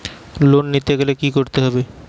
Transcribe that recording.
Loan নিতে গেলে কি করতে হবে?